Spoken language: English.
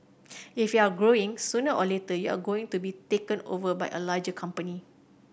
if you're growing sooner or later you are going to be taken over by a larger company